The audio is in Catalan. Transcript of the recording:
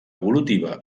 evolutiva